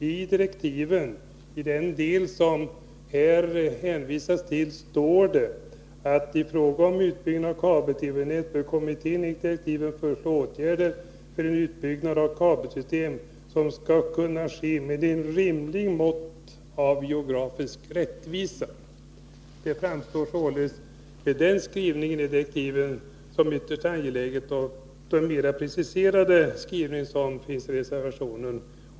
I direktiven, i den del som här hänvisats till, står det: ”I fråga om utbyggnaden av kabelnät bör kommittén enligt direktiven föreslå åtgärder för att en utbyggnad av kabelsystem skall kunna ske med ett rimligt mått av geografisk rättvisa.” Det framgår således av skrivningen i direktiven att det är angeläget att det fattas beslut enligt förslag i vår reservation.